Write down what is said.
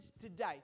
today